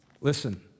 Listen